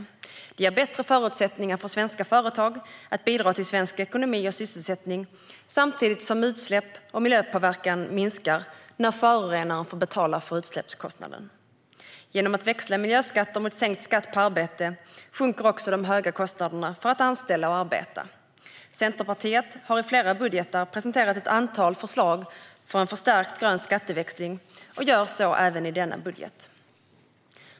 Detta ger bättre förutsättningar för svenska företag att bidra till svensk ekonomi och sysselsättning, samtidigt som utsläpp och miljöpåverkan minskar när förorenaren får betala utsläppskostnaden. Genom att man växlar miljöskatter mot sänkt skatt på arbete sjunker också de höga kostnaderna för att anställa och arbeta. Centerpartiet har i flera budgetar presenterat ett antal förslag för en förstärkt grön skatteväxling och gör så även i denna budget.